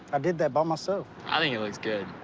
i did that by myself. i think it looks good.